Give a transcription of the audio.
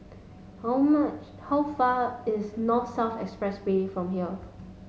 how much how far is North South Expressway from here